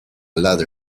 ladder